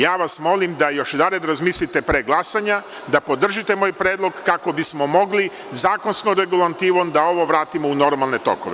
Ja vas molim da još jednom razmislite pre glasanja, da podržite moj predlog kako bismo mogli zakonskom regulativom da ovo vratimo u normalne tokove.